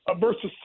versus